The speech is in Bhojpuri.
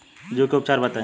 जूं के उपचार बताई?